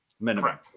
minimum